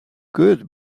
good